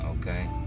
okay